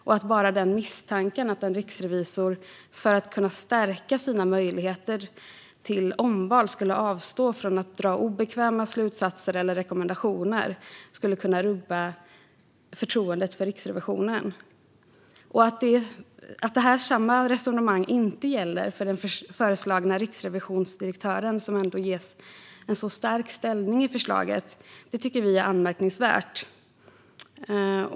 Bara misstanken att en riksrevisor, för att kunna stärka sina möjligheter till omval, skulle avstå från att dra obekväma slutsatser eller lämna rekommendationer, skulle kunna rubba förtroendet för Riksrevisionen. Att samma resonemang inte gäller för den föreslagna riksrevisionsdirektören, som ändå ges en så stark ställning i förslaget, tycker vi är anmärkningsvärt.